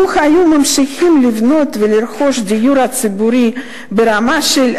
לו היו ממשיכים לבנות ולרכוש דיור ציבורי ברמה של,